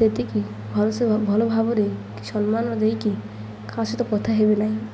ସେତିକି ଭଲସେ ଭଲ ଭାବରେ ସମ୍ମାନ ଦେଇକି କାହା ସହିତ କଥା ହେବେ ନାହିଁ